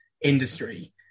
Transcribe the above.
industry